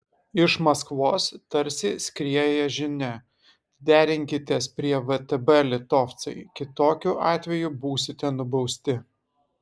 iš maskvos tarsi skrieja žinia derinkitės prie vtb litovcai kitokiu atveju būsite nubausti